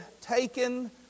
taken